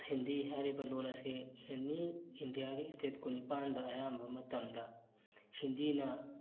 ꯍꯤꯟꯗꯤ ꯍꯥꯏꯔꯤꯕ ꯂꯣꯟ ꯑꯁꯤ ꯑꯦꯅꯤ ꯏꯟꯗꯤꯌꯥꯒꯤ ꯁ꯭ꯇꯦꯠ ꯀꯨꯟꯅꯤꯄꯥꯟꯗ ꯑꯌꯥꯝꯕ ꯃꯇꯝꯗ ꯍꯤꯟꯗꯤꯅ